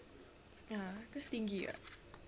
ya cause tinggi [what]